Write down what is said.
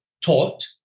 taught